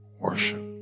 Worship